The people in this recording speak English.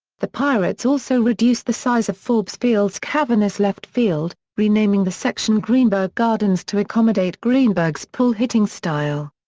the pirates also reduced the size of forbes field's cavernous left field, renaming the section greenberg gardens to accommodate greenberg's pull-hitting style.